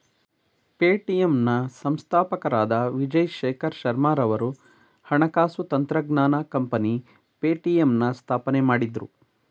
Paytm ನ ಸಂಸ್ಥಾಪಕರಾದ ವಿಜಯ್ ಶೇಖರ್ ಶರ್ಮಾರವರು ಹಣಕಾಸು ತಂತ್ರಜ್ಞಾನ ಕಂಪನಿ ಪೇಟಿಎಂನ ಸ್ಥಾಪನೆ ಮಾಡಿದ್ರು